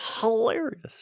hilarious